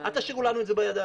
אל תשאירו לנו את זה בידיים.